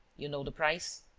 you know the price?